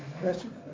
Question